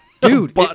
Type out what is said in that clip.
dude